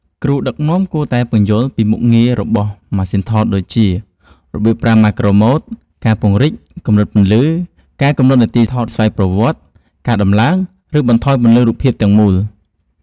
គ្រូដឹកនាំគួរតែពន្យល់ពីមុខងាររបស់ម៉ាសុីនថតដូចជា របៀបប្រើម៉ាក្រូម៉ូដ ការពង្រីក កម្រិតពន្លឺ ការកំណត់នាទីថតស្វ័យប្រវត្តិ ការដំឡើង ឬបន្ថយពន្លឺរូបភាពទាំងមូល។